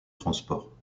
transports